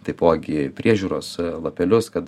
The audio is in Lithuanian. taipogi priežiūros lapelius kad